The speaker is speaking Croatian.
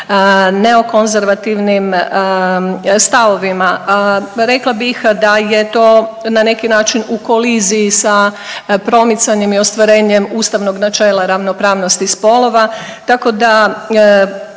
neokonzervativnim stavovima. Rekla bih da je to na neki način u koliziji sa promicanjem i ostvarenjem ustavnog načela ravnopravnosti spolova, tako da